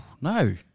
No